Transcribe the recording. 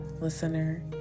listener